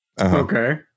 okay